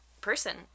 person